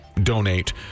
donate